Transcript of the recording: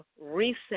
reset